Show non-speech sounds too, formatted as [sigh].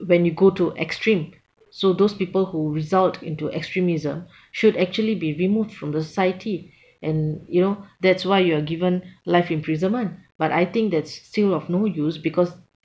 when you go to extreme so those people who result into extremism should actually be removed from the society [breath] and you know that's why you are given life imprisonment but I think that's still of no use because